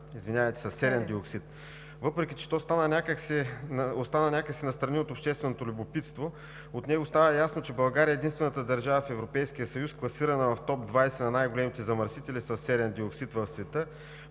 замърсяване със серен диоксид“. Въпреки че то остана някак си настрани от общественото любопитство, от него става ясно, че България е единствената държава в Европейския съюз, класирана в топ 20 на най-големите замърсители със серен диоксид в света,